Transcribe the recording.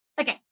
Okay